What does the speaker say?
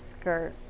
skirt